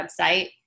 website